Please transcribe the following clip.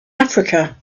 africa